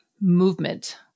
movement